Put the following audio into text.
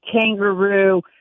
kangaroo